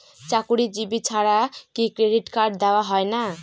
চাকুরীজীবি ছাড়া কি ক্রেডিট কার্ড দেওয়া হয় না?